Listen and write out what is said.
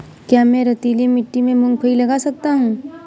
क्या मैं रेतीली मिट्टी में मूँगफली लगा सकता हूँ?